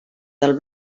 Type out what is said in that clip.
del